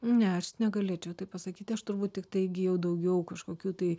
ne aš negalėčiau taip pasakyti aš turbūt tiktai įgijau daugiau kažkokių tai